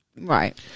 Right